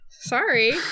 sorry